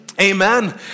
Amen